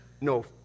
no